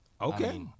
Okay